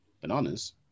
Bananas